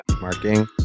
marking